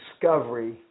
discovery